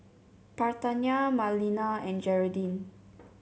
Parthenia Marlena and Jeraldine